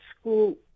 school